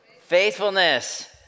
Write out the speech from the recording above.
faithfulness